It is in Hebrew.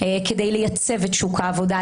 כדי לייצב את שוק העבודה,